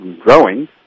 growing